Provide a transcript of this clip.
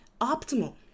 optimal